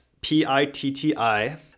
P-I-T-T-I